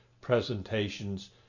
presentations